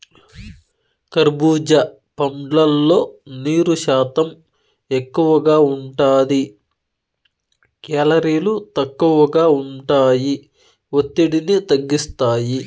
కర్భూజా పండ్లల్లో నీరు శాతం ఎక్కువగా ఉంటాది, కేలరీలు తక్కువగా ఉంటాయి, ఒత్తిడిని తగ్గిస్తాయి